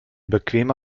bequeme